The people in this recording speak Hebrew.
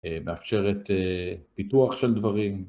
מאפשרת פיתוח של דברים